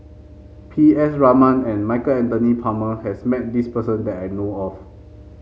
P S Raman and Michael Anthony Palmer has met this person that I know of